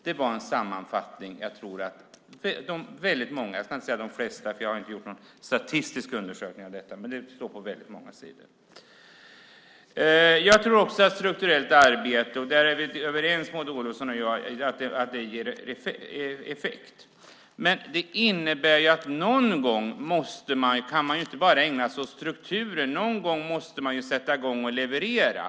Det är en sammanfattning av det som står på många sidor - jag ska inte säga på de flesta, för jag har inte gjort någon statistisk undersökning. Men det står så på väldigt många sidor. Jag tror också att strukturellt arbete ger effekt. Där är vi överens, Maud Olofsson och jag. Men det innebär att man inte bara kan ägna sig åt strukturer. Någon gång måste man sätta i gång och leverera.